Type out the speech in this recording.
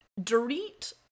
Dorit